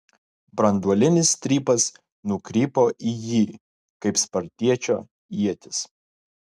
branduolinis strypas nukrypo į jį kaip spartiečio ietis